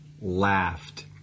laughed